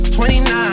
29